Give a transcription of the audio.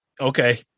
Okay